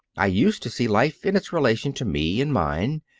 i used to see life in its relation to me and mine.